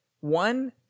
one